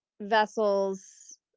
vessels